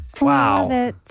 Wow